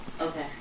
Okay